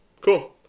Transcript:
Cool